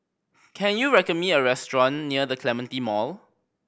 can you recommend me a restaurant near The Clementi Mall